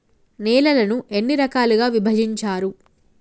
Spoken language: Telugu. నేలలను ఎన్ని రకాలుగా విభజించారు?